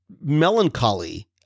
melancholy